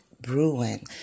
Bruin